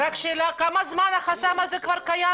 כמה זמן החסם הזה כבר קיים?